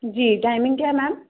जी timing क्या है ma'am